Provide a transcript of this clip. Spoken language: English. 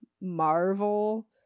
Marvel